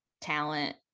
talent